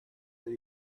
that